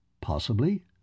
Possibly